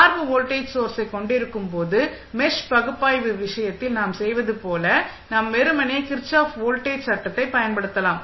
சார்பு வோல்டேஜ் சோர்ஸை கொண்டிருக்கும் போது மெஷ் பகுப்பாய்வு விஷயத்தில் நாம் செய்வது போல நாம் வெறுமனே கிர்ச்சாஃப் வோல்டேஜ் சட்டத்தைப் பயன்படுத்தலாம்